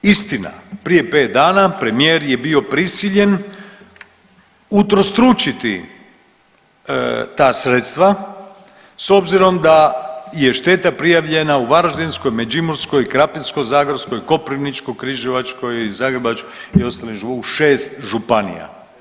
Istina prije pet dana premijer je bio prisiljen utrostručiti ta sredstva s obzirom da je šteta prijavljena u Varaždinskoj, Međimurskoj, Krapinsko-zagorskoj, Koprivničko-križevačkoj, Zagrebačkoj i ostalim, u šest županija.